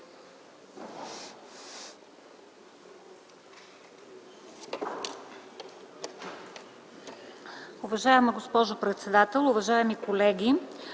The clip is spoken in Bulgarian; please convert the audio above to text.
Уважаема госпожо председател, уважаеми колеги!